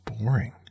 boring